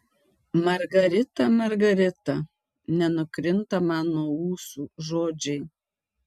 margarita margarita nenukrinta man nuo ūsų žodžiai